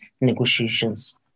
negotiations